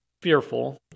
fearful